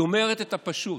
היא אומרת את הפשוט.